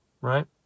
right